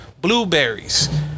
blueberries